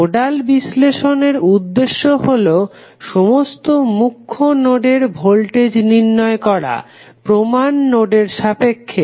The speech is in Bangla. নোডাল বিশ্লেষণের উদ্দেশ্য হলো সমস্ত মুখ্য নোডের ভোল্টেজ নির্ণয় করা প্রমান নোডের সাপেক্ষে